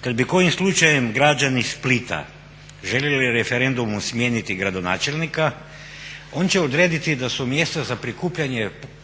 kad bi kojim slučajem građani Splita željeli referendumom smijeniti gradonačelnika on će odrediti da su mjesta za prikupljanje potpisa